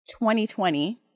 2020